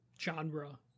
genre